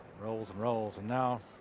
roles roles. and now,